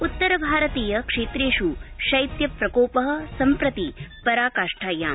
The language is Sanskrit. उत्तर भारतीय क्षेत्रेष् शैत्य प्रकोप सम्प्रति परांकाष्ठायाम्